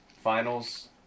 finals